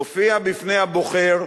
נופיע בפני הבוחר,